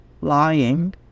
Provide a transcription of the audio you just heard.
lying